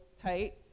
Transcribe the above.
tight